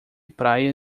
praia